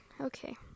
okay